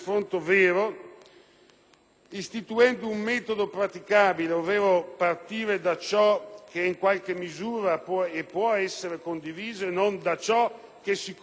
istituendo un metodo praticabile, partendo da ciò che in qualche misura può essere condiviso e non da ciò che sicuramente divide,